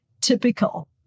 typical